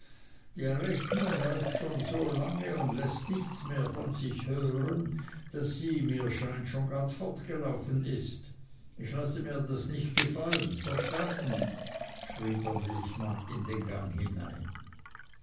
die rechnung läuft schon so lange und läßt nichts mehr von sich hören daß sie mir scheint schon ganz fortgelaufen ist ich lasse mir das nicht gefallen verstanden schrie der milchmann in den gang hinein